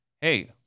Hey